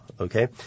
okay